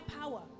power